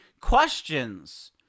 questions